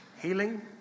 Healing